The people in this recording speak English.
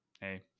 hey